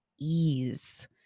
ease